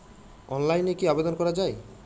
অনলাইনে কি আবেদন করা য়ায়?